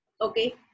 Okay